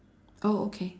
oh okay